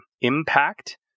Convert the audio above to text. impact